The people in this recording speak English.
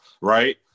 right